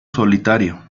solitario